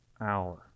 hour